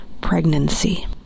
pregnancy